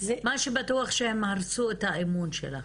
--- מה שבטוח זה שהם הרסו את האמון שלך.